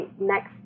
next